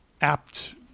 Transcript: apt